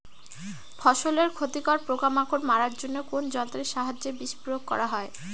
ফসলের ক্ষতিকর পোকামাকড় মারার জন্য কোন যন্ত্রের সাহায্যে বিষ প্রয়োগ করা হয়?